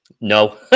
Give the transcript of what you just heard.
No